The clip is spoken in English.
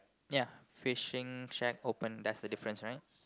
ya fishing shed open that's the difference right